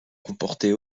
comportait